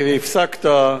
הפסקת.